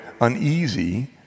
uneasy